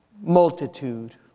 multitude